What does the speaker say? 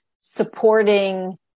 supporting